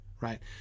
right